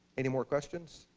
any more questions?